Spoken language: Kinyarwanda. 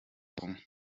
kumwe